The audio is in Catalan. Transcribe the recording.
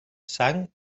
sang